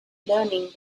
learning